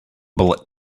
bullet